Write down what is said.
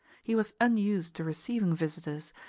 he was unused to receiving visitors,